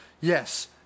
yes